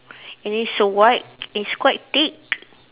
and it's so white it's quite thick